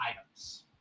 items